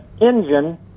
engine